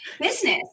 business